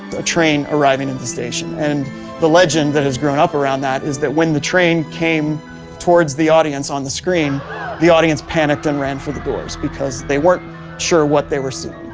train arriving at the station, and the legend that has grown up around that is that when the train came towards the audience on the screen the audience panicked and ran for the doors because they weren't sure what they were seeing.